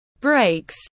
breaks